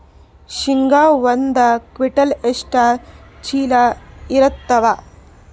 ಶೇಂಗಾ ಒಂದ ಕ್ವಿಂಟಾಲ್ ಎಷ್ಟ ಚೀಲ ಎರತ್ತಾವಾ?